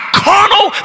carnal